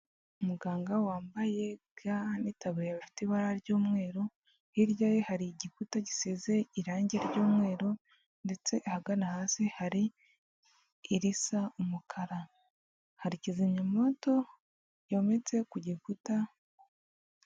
Umuganga wambaye ga n'itaburiya bifite ibara ry'umweru hirya ye hari igikuta gisize irangi ry'mweru, ndetse ahagana hasi hari irisa umukara, hari kizimyamoto yometse ku gikuta.